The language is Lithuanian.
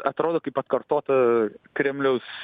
atrodo kaip atkartota kremliaus